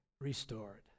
restored